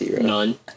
None